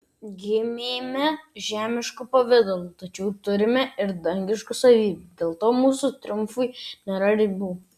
gimėme žemišku pavidalu tačiau turime ir dangiškų savybių dėl to mūsų triumfui nėra ribų